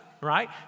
right